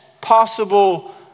Possible